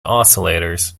oscillators